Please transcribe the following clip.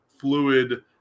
fluid